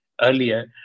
earlier